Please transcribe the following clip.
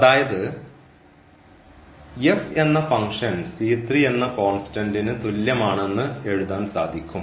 അതായത് എഫ് എന്ന ഫംഗ്ഷൻ എന്ന കോൺസ്റ്റന്റ്ന് തുല്യമാണെന്ന് എഴുതാൻ സാധിക്കും